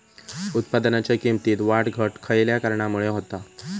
उत्पादनाच्या किमतीत वाढ घट खयल्या कारणामुळे होता?